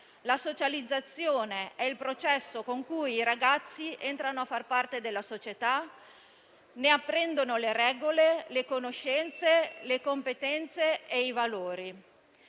La socializzazione è il processo con cui i ragazzi entrano a far parte della società, ne apprendono le regole, le conoscenze, le competenze e i valori.